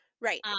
Right